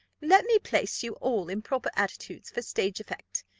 let me place you all in proper attitudes for stage effect.